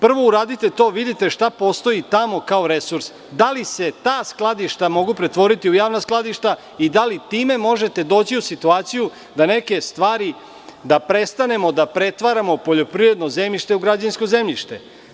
Prvo uradite to, vidite šta postoji tamo kao resurs, da li se ta skladišta mogu pretvoriti u javna skladišta i da li time možete doći u situaciju da prestanemo da pretvaramo poljoprivredno zemljište u građevinsko zemljište.